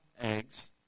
eggs